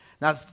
Now